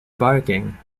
barking